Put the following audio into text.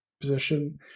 position